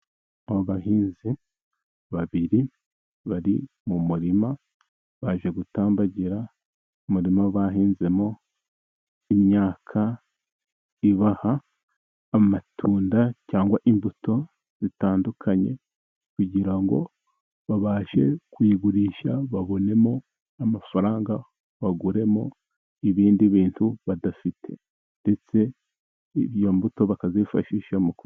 Abahinzi babiri bari mu murima. Baje gutambagira umurima bahinzemo imyaka ibaha amatunda cyangwa imbuto zitandukanye, kugira ngo babashe kuyagurisha babonemo amafaranga baguremo ibindi bintu badafite, ndetse izo mbuto bakazifashisha mu kugura...